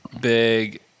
big